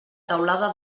teulada